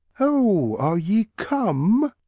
oh! are you come?